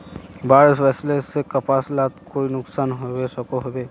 बाढ़ वस्ले से कपास लात कोई नुकसान होबे सकोहो होबे?